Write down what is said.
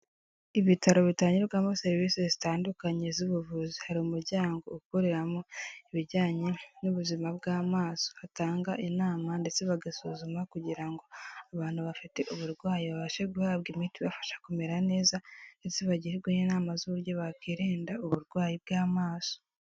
Ibitaro bitangirwamo serivisi zitandukanye z'ubuvuzi, hari umuryango ukoreramo ibijyanye n'ubuzima bw'amaso, batanga inama ndetse bagasuzuma kugira ngo abantu bafite uburwayi babashe guhabwa imiti ibafasha kumera neza ndetse bagirwe n'inama z'uburyo bakwirinda uburwayi bw'amaso.